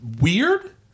weird